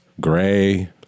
Gray